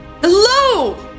Hello